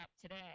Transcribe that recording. today